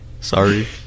sorry